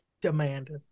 Demanded